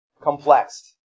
complex